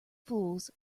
fools